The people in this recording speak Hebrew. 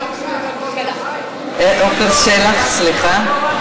חבר הכנסת שלח, עפר שלח, סליחה.